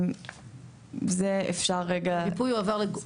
המיפוי יועבר.